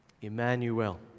Emmanuel